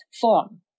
form